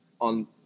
on